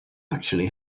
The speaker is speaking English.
actually